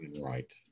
Right